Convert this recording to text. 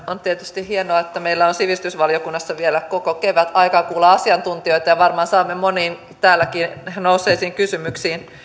on tietysti hienoa että meillä on sivistysvaliokunnassa vielä koko kevät aikaa kuulla asiantuntijoita ja varmaan saamme moniin täälläkin nousseisiin kysymyksiin